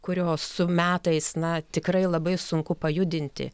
kurio su metais na tikrai labai sunku pajudinti